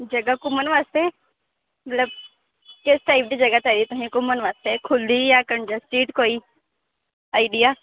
जगह घुम्मन वास्तै मतलब किस टाइप दी जगह चाहिदी घुम्मन वास्तै खुल्ली जां कंजस्टेड कोई आइडिया